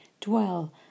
dwell